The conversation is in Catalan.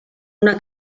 una